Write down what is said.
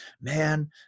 man